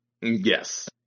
Yes